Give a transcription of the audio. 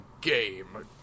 game